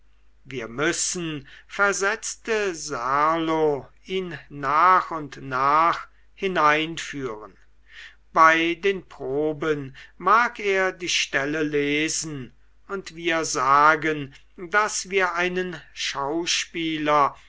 wir müssen versetzte serlo ihn nach und nach hineinführen bei den proben mag er die stelle lesen und wir sagen daß wir einen schauspieler